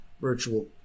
virtual